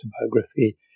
autobiography